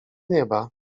nieba